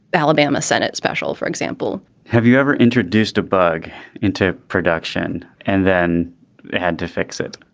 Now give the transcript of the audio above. alabama senate special, for example have you ever introduced a bug into production and then had to fix it?